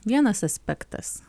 vienas aspektas